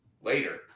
later